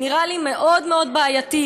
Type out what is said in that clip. נראה לי מאוד מאוד בעייתי.